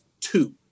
two